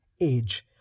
age